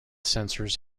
sensors